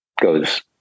goes